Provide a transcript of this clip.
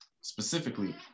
specifically